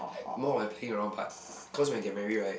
more of the playing around part cause when you get married right